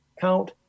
count